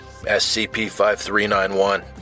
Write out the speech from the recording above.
SCP-5391